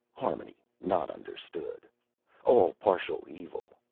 harmony not understood all partial evil,